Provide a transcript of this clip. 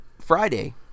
Friday